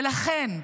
ולכן,